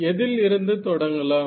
எதில் இருந்து தொடங்கலாம்